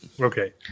Okay